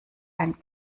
ein